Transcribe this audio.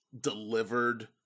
delivered